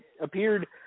appeared